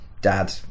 dad